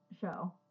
show